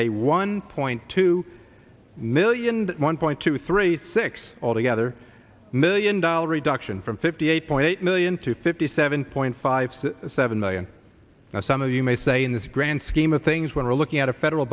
a one point two million one point two three six altogether million dollar reduction from fifty eight point eight million to fifty seven point five seven million now some of you may say in this grand scheme of things when we're looking at a federal